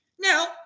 Now